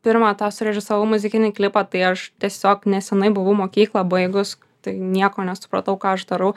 pirmą tą surežisavau muzikinį klipą tai aš tiesiog nesenai buvau mokyklą baigus tai nieko nesupratau ką aš darau